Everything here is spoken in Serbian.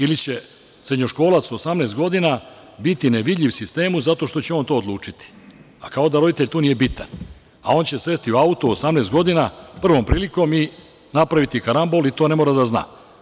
Ili će srednjoškolac od 18 godina biti nevidljiv sistemu zato što će to on odlučiti, a kao da roditelj tu nije bitan, a on će sesti u auto u 18 godina prvom prilikom i napraviti karambol i to ne mora da zna.